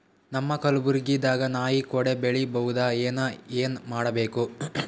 ನಮ್ಮ ಕಲಬುರ್ಗಿ ದಾಗ ನಾಯಿ ಕೊಡೆ ಬೆಳಿ ಬಹುದಾ, ಏನ ಏನ್ ಮಾಡಬೇಕು?